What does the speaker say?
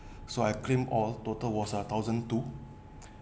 so I claim all total was a thousand two